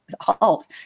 halt